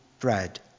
bread